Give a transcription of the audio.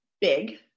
big